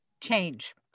Change